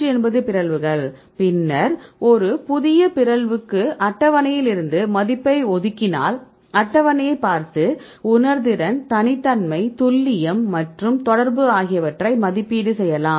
380 பிறழ்வுகள் பின்னர் புதிய பிறழ்வுக்கு அட்டவணையில் இருந்து மதிப்பை ஒதுக்கினால் அட்டவணையை பார்த்து உணர்திறன் தனித்தன்மை துல்லியம் மற்றும் தொடர்பு ஆகியவற்றை மதிப்பீடு செய்யலாம்